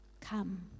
come